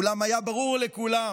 אולם היה ברור לכולם